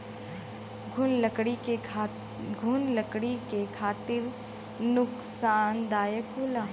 घुन लकड़ी के खातिर नुकसानदायक होला